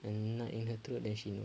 a nut in her throat then she know